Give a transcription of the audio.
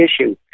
issue